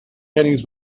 pennies